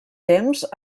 temps